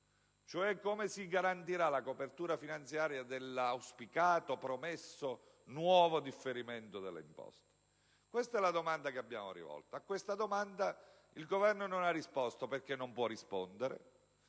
Cioè, come si garantirà la copertura finanziaria dell'auspicato promesso nuovo differimento delle imposte? Questa è la domanda che abbiamo rivolto. A questa domanda il Governo non ha risposto, perché non può rispondere